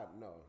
no